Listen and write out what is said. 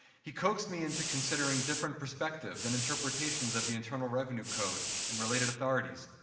he coaxed me into considering different perspectives and interpretations of the internal revenue code and related authorities.